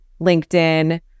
LinkedIn